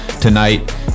tonight